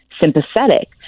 sympathetic